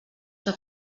que